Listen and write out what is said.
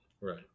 Right